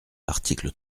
l’article